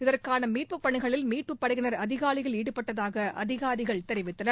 இதற்கான மீட்பு பணிகளில் மீட்பு படையினர் நேற்று அதிகாவையில் ஈடுபட்டதாக அதிகாரிகள் தெரிவித்தனர்